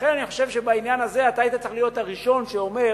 לכן אני חושב שבעניין הזה אתה היית צריך להיות הראשון שאומר: